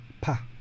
pa